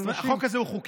החוק הזה הוא חוקי,